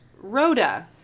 Rhoda